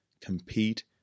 compete